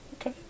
Okay